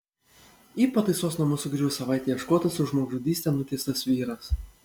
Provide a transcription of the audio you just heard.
į pataisos namus sugrįžo savaitę ieškotas už žmogžudystę nuteistas vyras